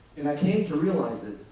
and i came to realize that,